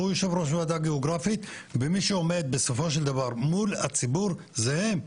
הוא יושב ראש ועדה גיאוגרפית ומי שעומד בסופו של דבר מול הציבור זה הם.